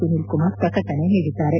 ಸುನಿಲ್ ಕುಮಾರ್ ಪ್ರಕಟಣೆ ನೀಡಿದ್ದಾರೆ